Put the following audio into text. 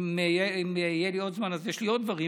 אם יהיה לי עוד זמן אז יש לי עוד דברים,